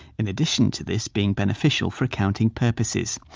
in additional to this being beneficial for accounting purposes,